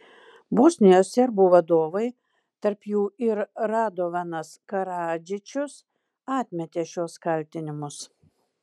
bosnijos serbų vadovai tarp jų ir radovanas karadžičius atmetė šiuos kaltinimus